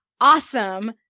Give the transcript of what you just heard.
awesome